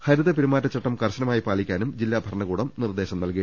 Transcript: ഹരിത പെരുമാറ്റച്ചട്ടം കർശനമായി പാലിക്കാനും ജില്ലാ ഭരണകൂടം നിർദേശം നൽകി